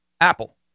Apple